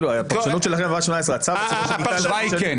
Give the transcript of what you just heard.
הפרשנות --- התשובה היא כן.